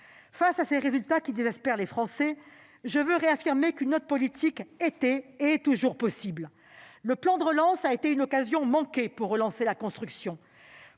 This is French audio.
Face à ces résultats qui désespèrent les Français, je tiens à le réaffirmer : une autre politique était et est toujours possible. Le plan de relance a été une occasion manquée de relancer la construction.